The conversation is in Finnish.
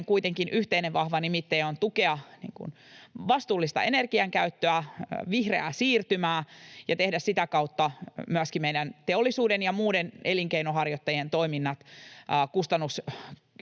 joiden yhteinen vahva nimittäjä on kuitenkin tukea vastuullista energiankäyttöä ja vihreää siirtymää ja tehdä sitä kautta myöskin meidän teollisuuden ja muiden elinkeinonharjoittajien toiminnat kustannuskilpailukyvyltään